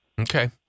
Okay